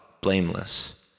blameless